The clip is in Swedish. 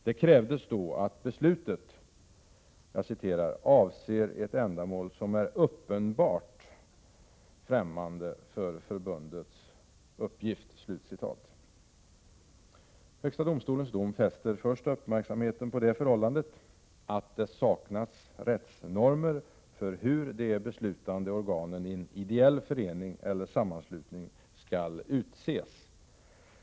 Det krävdes då att beslutet ”avser ett ändamål som är uppenbart främmande för förbundets uppgift”. Högsta domstolens dom fäster först uppmärksamheten på det förhållandet att det saknas rättsnormer för hur de beslutande organen i en ideell förening eller sammanslutning skall utses.